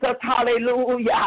hallelujah